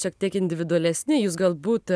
šiek tiek individualesni jūs galbūt